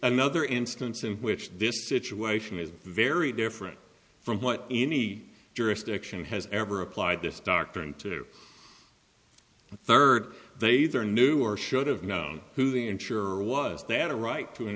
another instance in which this situation is very different from what any jurisdiction has ever applied this doctrine to third they either knew or should have known who the insurer was they had a right to an